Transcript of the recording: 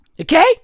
Okay